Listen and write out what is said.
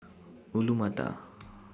Alu Matar